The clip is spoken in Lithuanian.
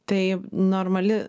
tai normali